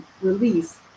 release